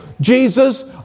Jesus